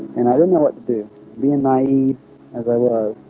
and i didn't know what to do being naive as i was